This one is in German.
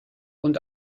und